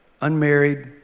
unmarried